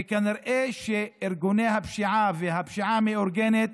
וכנראה שבארגוני הפשיעה ובפשיעה המאורגנת,